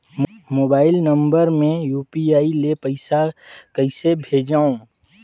Mobile number मे UPI ले पइसा कइसे भेजवं?